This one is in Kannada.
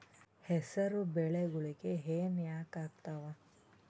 ಹೆಸರು ಬೆಳಿಗೋಳಿಗಿ ಹೆನ ಯಾಕ ಆಗ್ತಾವ?